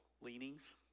leanings